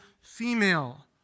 female